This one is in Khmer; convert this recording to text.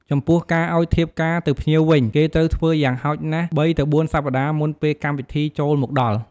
ចំពោះការឱ្យធៀបការទៅភ្ញៀវវិញ គេត្រូវធ្វើយ៉ាងហោចណាស់ ៣ ទៅ ៤សប្ដាហ៍មុនពេលកម្មវិធីចូលមកដល់។